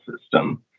system